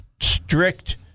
strict